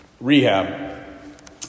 rehab